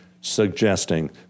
suggesting